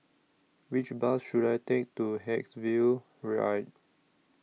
Which Bus should I Take to Haigsville